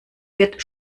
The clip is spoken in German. wird